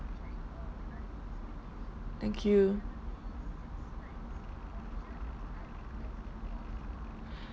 thank you